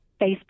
facebook